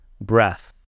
breath